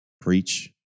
Preach